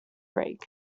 rig